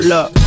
Look